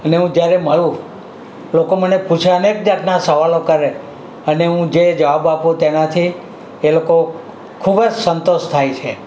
અને હું જ્યારે મારું લોકો મને પૂછે અનેક જાતના સવાલો કરે અને હું જે જવાબ આપું તેનાથી એ લોકો ખૂબ જ સંતોષ થાય છે